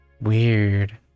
Weird